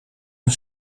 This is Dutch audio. een